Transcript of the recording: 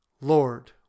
Lord